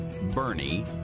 Bernie